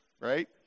right